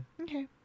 Okay